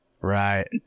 right